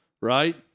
right